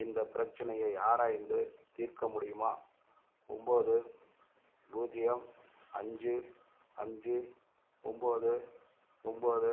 இந்த பிரச்சனையை ஆராய்ந்து தீர்க்க முடியுமா ஒம்போது பூஜ்ஜியம் அஞ்சு அஞ்சு ஒம்போது ஒம்போது